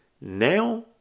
Now